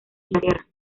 inglaterra